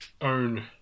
own